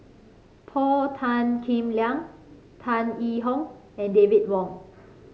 Paul Tan Kim Liang Tan Yee Hong and David Wong